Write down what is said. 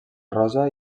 rosa